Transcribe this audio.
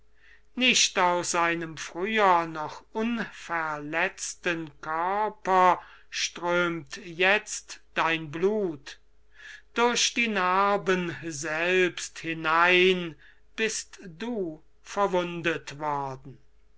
nicht aus einem noch unverletzten körper strömt jetzt dein blut durch die narben selbst hinein bist du verwundet worden